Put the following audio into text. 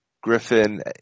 Griffin